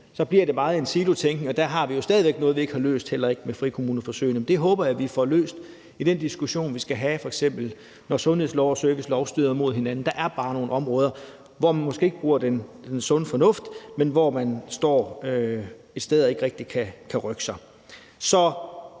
så bliver det meget en silotænkning, og der har vi jo stadig væk noget, vi ikke har løst – heller ikke med frikommuneforsøgene – men det håber jeg vi får løst i den diskussion, vi skal have, når f.eks. sundhedslov og servicelov støder mod hinanden. Der er bare nogle områder, hvor man måske ikke bruger den sunde fornuft, men hvor man står et sted og ikke rigtig kan rykke sig.